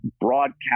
broadcast